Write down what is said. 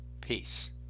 Peace